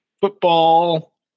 football